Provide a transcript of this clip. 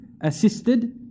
assisted